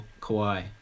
Kawhi